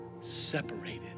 separated